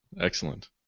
Excellent